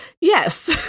Yes